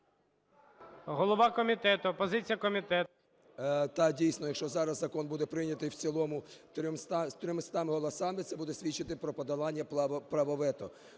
Голова комітету, позиція комітету. 17:13:13 КАЛЬЧЕНКО С.В. Так, дійсно, якщо зараз закон буде прийнятий в цілому 300 голосами, це буде свідчити про подолання права вето,